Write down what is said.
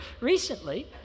recently